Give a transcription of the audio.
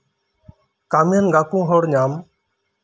ᱠᱟᱹᱢᱤᱱ ᱜᱟᱠᱚ ᱦᱚᱲ ᱧᱟᱢ